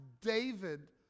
David